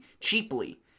cheaply